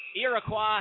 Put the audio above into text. Iroquois